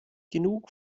genug